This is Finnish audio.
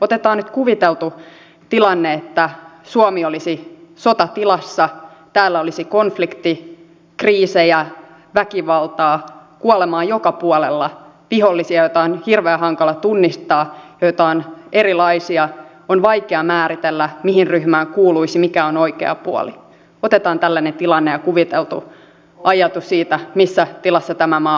otetaan nyt kuviteltu tilanne että suomi olisi sotatilassa täällä olisi konflikti kriisejä väkivaltaa kuolemaa joka puolella vihollisia joita on hirveän hankala tunnistaa ja joita on erilaisia on vaikea määritellä mihin ryhmään kuuluisi mikä on oikea puoli otetaan tällainen tilanne ja kuviteltu ajatus siitä missä tilassa tämä maa olisi